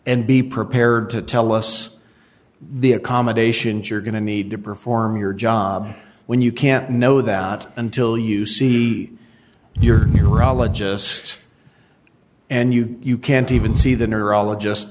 and be prepared to tell us the accommodations you're going to need to perform your job when you can't know that until you see your your ologists and you can't even see the neurologist